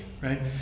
right